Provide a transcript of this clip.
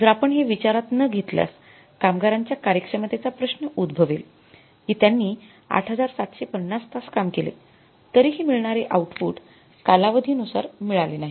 जर आपण हे विचारात न घेतल्यास कामगारांच्या कार्यक्षमतेचा प्रश्न उद्भवेल कि त्यांनी ८७५० तास काम केले तरीही मिळणारे आउटपुट कालावधीनुसार मिळाले नाही